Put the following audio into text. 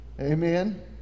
Amen